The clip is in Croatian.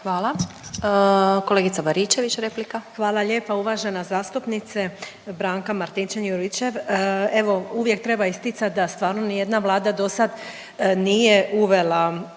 **Baričević, Danica (HDZ)** Hvala lijepa uvažena zastupnice Branka Martinčev Juričev. Evo uvijek treba isticat da stvarno ni jedna Vlada do sad nije uvela